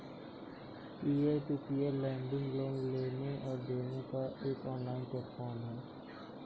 peer to peer lending loan लेने और देने का एक ऑनलाइन प्लेटफ़ॉर्म है